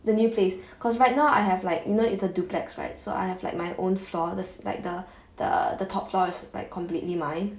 the new place because right now I have like you know it's a duplex right so I have like my own floor there's like the the the top floor's like completely mine